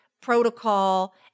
protocol